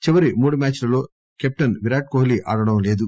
చివరి మూడు మ్యాద్ లలో కెప్టెన్ విరాట్ కోహ్లి ఆడడం లేదు